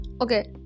okay